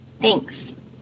Thanks